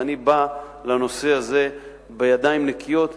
ואני בא לעניין הזה בידיים נקיות,